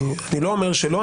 אני לא אומר שלא,